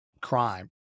crime